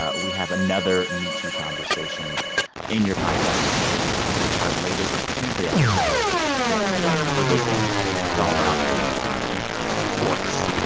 ah we have another metoo conversation in your podcast feed right now. our latest tuesday episode, the the episode right before this one it's all about the metoo movement and sports.